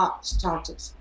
started